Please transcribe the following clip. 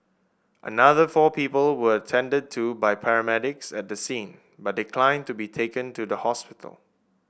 another four people were attended to by paramedics at the scene but declined to be taken to the hospital